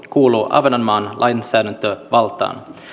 kuuluu ahvenanmaan lainsäädäntövaltaan